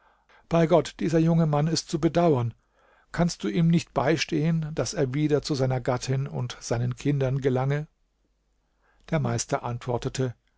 bei gott dieser junge mann ist zu bedauern kannst du ihm nicht beistehen daß er wieder zu seiner gattin und seinen kindern gelange der meister antwortete